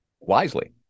wisely